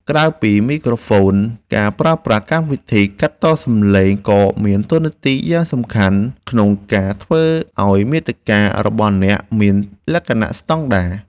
ក្រៅពីមីក្រូហ្វូនការប្រើប្រាស់កម្មវិធីកាត់តសំឡេងក៏មានតួនាទីយ៉ាងសំខាន់ក្នុងការធ្វើឱ្យមាតិការបស់អ្នកមានលក្ខណៈស្តង់ដារ។